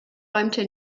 räumte